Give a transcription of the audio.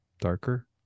darker